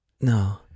No